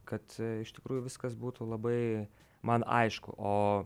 kad iš tikrųjų viskas būtų labai man aišku o